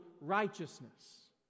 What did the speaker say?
righteousness